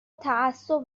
تعصب